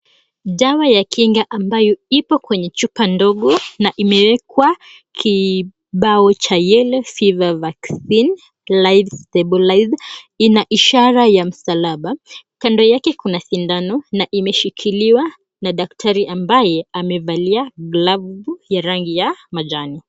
Dawa ya kinga ambayo ipo kwenye chupa ndogo na imewekwa kibao cha YELLOW FEVER VACCINE (LIVE) STABILISED ina ishara ya msalaba. Kando yake kuna sindano na imeshikiliwa na daktari ambaye amevalia glavu ya rangi ya majani.